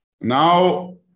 Now